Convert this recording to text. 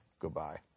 goodbye